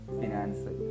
finance